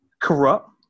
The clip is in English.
Corrupt